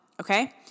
okay